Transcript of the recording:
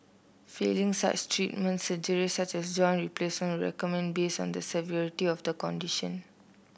failing such treatment surgery such as joint will recommended based on the severity of condition